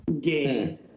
game